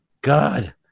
God